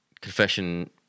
confession